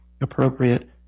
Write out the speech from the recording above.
appropriate